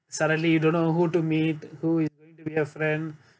suddenly you don't know who to meet who is going to be your friend